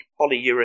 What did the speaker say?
polyurethane